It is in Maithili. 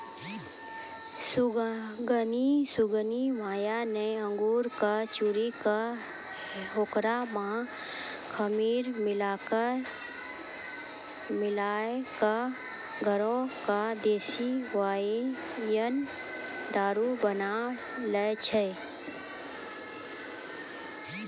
सुगनी माय न अंगूर कॅ चूरी कॅ होकरा मॅ खमीर मिलाय क घरै मॅ देशी वाइन दारू बनाय लै छै